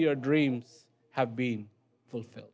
your dreams have been fulfilled